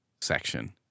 section